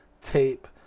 tape